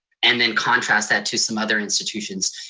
and then contrast that to some other institutions.